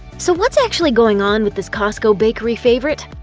so, what's actually going on with this costco bakery favorite?